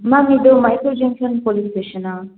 ma'am ಇದು Mysuru junction police ಸ್ಟೇಷನ್ನಾ